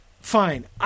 fine